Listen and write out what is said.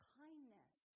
kindness